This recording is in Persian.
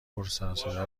پرسرصدا